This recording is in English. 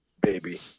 baby